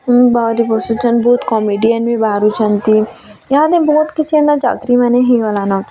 ବାହାରେ ବସୁଛନ୍ ବହୁତ୍ କମେଡ଼ିଆନ୍ ବି ବାହାରୁଛନ୍ତି ଇହା ଦେ ବହୁତ୍ କିଛି ଏନ୍ତା ଚାକିରିମାନେ ହୋଇଗଲା ନ